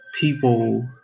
people